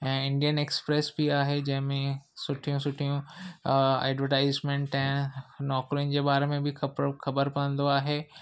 ऐं Indian Express भी आहे जंहिं में सुठियूं सुठियूं एडवटाइजमेंट ऐं नौकरियुनि जे बारे में बि खतो ख़बर पवंदो आहे